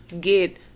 get